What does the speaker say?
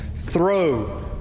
throw